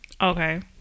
Okay